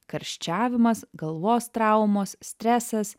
karščiavimas galvos traumos stresas